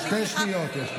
שתי שניות יש לך.